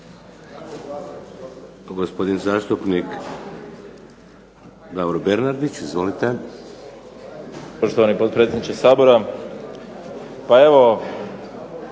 Gospodin zastupnik Branko Bačić. Izvolite.